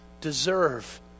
deserve